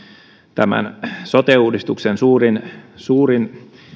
tämän sote uudistuksen suurin suurin